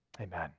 Amen